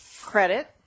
credit